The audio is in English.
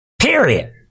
Period